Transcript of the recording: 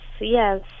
yes